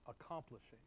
accomplishing